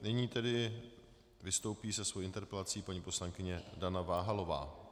Nyní tedy vystoupí se svou interpelací paní poslankyně Dana Váhalová.